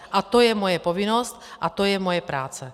A to je moje povinnost a to je moje práce.